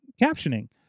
captioning